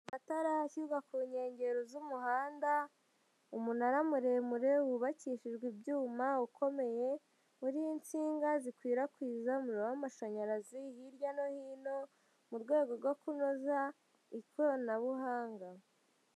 Amatara ashyirwa ku nkengero z'umuhanda, umunara muremure wubakishijwe ibyuma, ukomeye, uriho inshinga zikwirakwiza umuriro w'amashanyarazi hirya no hino, mu rwego rwo kunoza ikoranabuhanga.